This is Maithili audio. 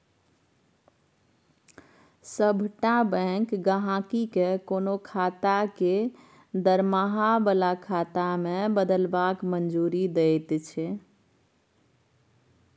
सभटा बैंक गहिंकी केँ कोनो खाता केँ दरमाहा बला खाता मे बदलबाक मंजूरी दैत छै